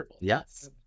Yes